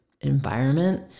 environment